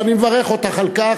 ואני מברך אותך על כך,